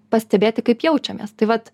pastebėti kaip jaučiamės tai vat